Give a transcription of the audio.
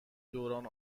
دوران